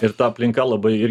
ir ta aplinka labai ir